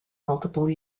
multiple